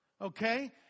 okay